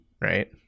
right